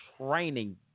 training